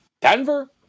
Denver